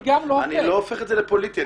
אני לא הופך את זה לפוליטי,